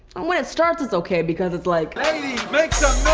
um when it starts it's okay, because it's like. hey make some